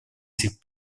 сих